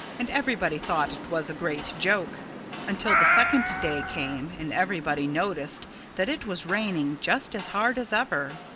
and everybody thought it was a great joke until the second day came and everybody noticed that it was raining just as hard as ever.